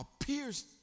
appears